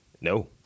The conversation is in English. No